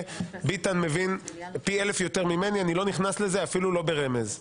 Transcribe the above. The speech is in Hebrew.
ביטן מבין פי אלף יותר ממני ואני לא נכנס לזה אפילו לא ברמז.